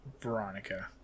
Veronica